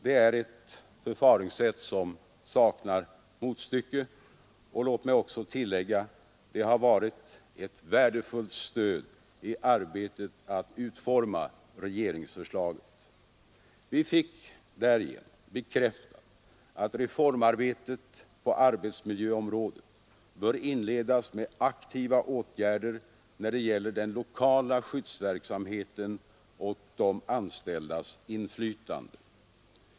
Det är ett förfarande som saknar motstycke, och låt mig också tillägga att det har varit ett värdefullt stöd i arbetet att utforma regeringsförslaget. Vi fick därigenom bekräftat att reformarbetet på arbetsmiljöområdet bör inledas med aktiva åtgärder när det gäller den lokala skyddsverksamheten och de anställdas inflytande.